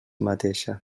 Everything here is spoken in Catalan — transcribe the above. mateixa